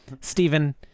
Stephen